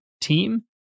team